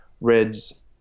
reds